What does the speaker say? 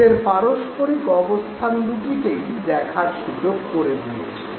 এদের পারস্পরিক অবস্থান দু'টিকেই দেখার সুযোগ করে দিয়েছে